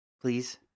Please